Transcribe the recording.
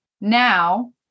Now